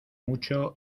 mucho